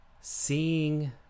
seeing